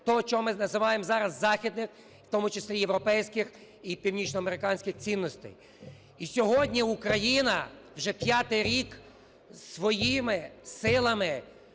те, що ми називаємо західних, в тому числі європейських і північноамериканських цінностей. І сьогодні Україна вже п'ятий рік своїми силами,